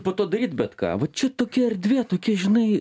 po to daryt bet ką va čia tokia erdvė tokia žinai